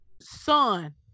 son